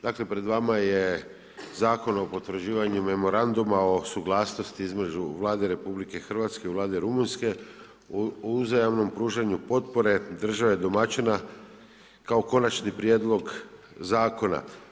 Dakle pred vama je Zakone o potvrđivanju memoranduma o suglasnosti između Vlade Republike Hrvatske i Vlade Rumunjske o uzajamnom pružanju potpore države domaćina kao konačni prijedlog zakona.